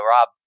Rob